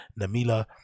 Namila